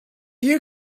you